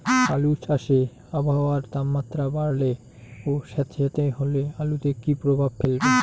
আলু চাষে আবহাওয়ার তাপমাত্রা বাড়লে ও সেতসেতে হলে আলুতে কী প্রভাব ফেলবে?